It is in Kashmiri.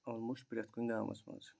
آل موسٹ پرٛتھ کُنہِ گامَس منٛز